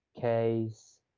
case